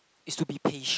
is to be patient